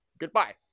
Goodbye